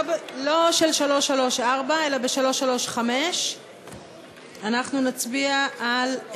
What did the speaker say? לא של 334 אלא ב-335 אנחנו נצביע על,